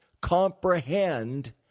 comprehend